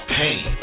pain